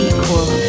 equal